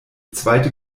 zweite